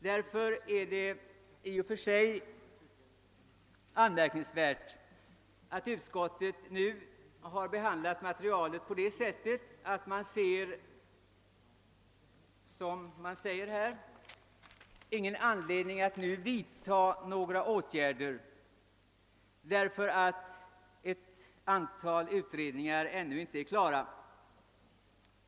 Därför är det i och för sig anmärkningsvärt att utskottet nu har behandlat materialet på så sätt att man — som man säger i utlåtandet — inte ser någon anledning att nu vidtaga några åtgärder därför att ett antal utredningar ännu inte är klara.